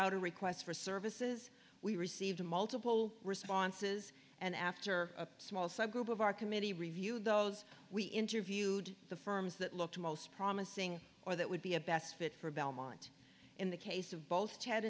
out a request for services we received multiple responses and after a small subgroup of our committee reviewed those we interviewed the firms that looked most promising or that would be a best fit for belmont in the case of both